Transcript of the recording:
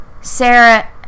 Sarah